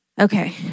okay